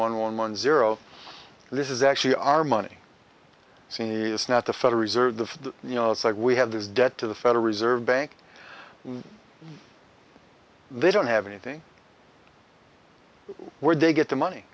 one one one zero this is actually our money seniors not the federal reserve the you know it's like we have this debt to the federal reserve bank they don't have anything were they get the money